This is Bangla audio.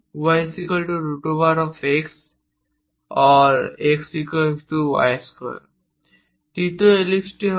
yx or xy2 তৃতীয় এলিপস হবে